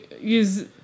use